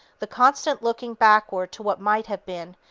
the constant looking backward to what might have been,